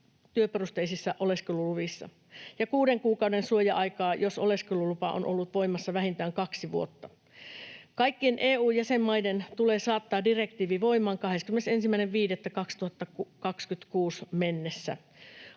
työperusteisissa oleskeluluvissa ja kuuden kuukauden suoja-aikaa, jos oleskelulupa on ollut voimassa vähintään kaksi vuotta. Kaikkien EU-jäsenmaiden tulee saattaa direktiivi voimaan 21.5.2026 mennessä.